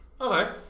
Okay